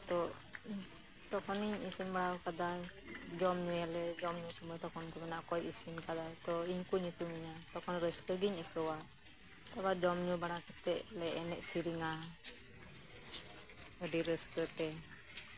ᱛᱚ ᱛᱚᱠᱷᱚᱱᱤᱧ ᱤᱥᱤᱱ ᱵᱟᱲᱟ ᱟᱠᱟᱫᱟ ᱡᱚᱢ ᱧᱩᱭᱟᱞᱮ ᱡᱚᱢ ᱥᱳᱢᱳᱭ ᱛᱚᱠᱷᱚᱱ ᱠᱚ ᱢᱮᱱᱟ ᱚᱠᱚᱭ ᱤᱥᱤᱱ ᱟᱠᱟᱫᱟᱭ ᱤᱧ ᱠᱚ ᱧᱩᱛᱩᱢᱤᱧᱟ ᱛᱚᱠᱷᱚᱱ ᱨᱟᱹᱥᱠᱟᱹ ᱜᱤᱧ ᱟᱹᱭᱠᱟᱹᱣᱟ ᱛᱚᱠᱷᱚᱱ ᱡᱚᱢ ᱧᱩ ᱵᱟᱲᱟ ᱠᱟᱛᱮᱫ ᱞᱮ ᱮᱱᱮᱡ ᱥᱮᱹᱨᱮᱹᱧᱟ ᱟᱹᱰᱤ ᱨᱟᱹᱥᱠᱟᱹᱛᱮ